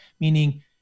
meaning